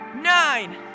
nine